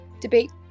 debate